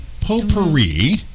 potpourri